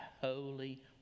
holy